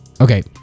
Okay